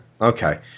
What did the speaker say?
okay